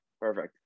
perfect